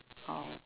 oh